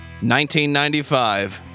1995